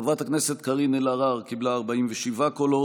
חברת הכנסת קארין אלהרר קיבלה 47 קולות,